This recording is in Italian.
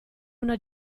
una